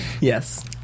Yes